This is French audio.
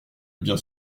bien